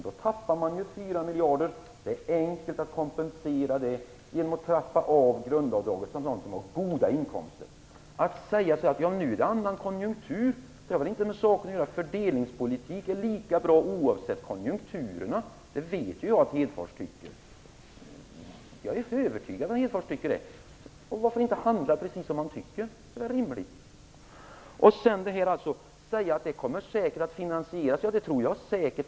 Då tappar man ju 4 miljarder, men detta är enkelt att kompensera genom att man trappar av grundavdraget för dem som har goda inkomster. Att det nu är en annan konjunktur har väl inte med saken att göra. Fördelningspolitik är lika bra oavsett konjunkturerna. Det vet ju jag att Lars Hedfors tycker, det är jag helt övertygad om. Och varför inte handla efter det som man tycker? Det vore väl rimligt. Lars Hedfors sade att detta säkert kommer att finansieras. Ja, det tror jag säkert.